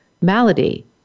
malady